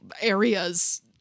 areas